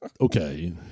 okay